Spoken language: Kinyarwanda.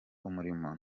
umurimo